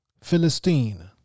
Philistine